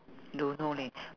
don't know leh